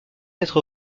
être